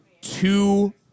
two